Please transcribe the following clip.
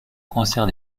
concert